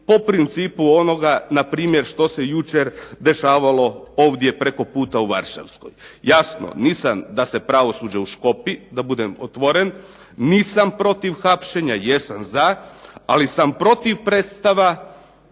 po principu onoga npr. što se jučer dešavalo ovdje preko puta u Varšavskoj. Jasno nisam da se pravosuđe uškopi, da budem otvoren, nisam protiv hapšenja, jesam za, ali sam protiv predstava,